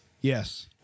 yes